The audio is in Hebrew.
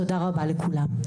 תודה רבה לכולם.